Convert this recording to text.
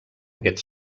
aquest